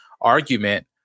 argument